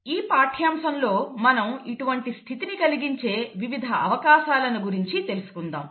ఈ పాఠ్యాంశంలో మనం ఇటువంటి స్థితిని కలిగించే వివిధ అవకాశాలను గురించి తెలుసుకుందాం